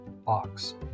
box